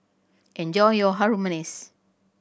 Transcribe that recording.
enjoy your Harum Manis